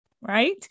right